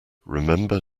remember